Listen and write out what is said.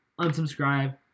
unsubscribe